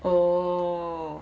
oh